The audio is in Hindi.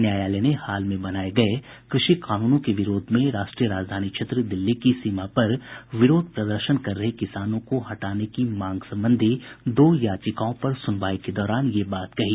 न्यायालय ने हाल में बनाये गये कृषि कानूनों के विरोध में राष्ट्रीय राजधानी क्षेत्र दिल्ली की सीमा पर विरोध प्रदर्शन कर रहे किसानों को हटाने की मांग संबंधी दो याचिकाओं पर सुनवाई के दौरान ये बात कही